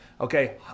Okay